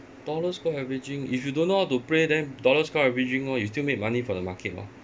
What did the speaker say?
dollar score averaging if you don't know how to play then dollar score averaging lor you still make money from the market mah